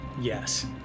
yes